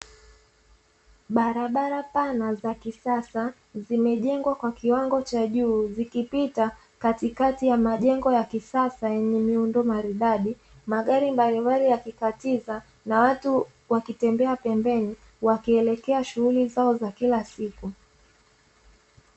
Barabara pana za kisasa, zimejengwa kwa kiwango cha juu. Zikipita katikati ya majengo ya kisasa yenye miundo maridadi. Magari mbalimbali yakikatiza na watu wakitembea pembeni wakielekea shughuli zao za kila siku.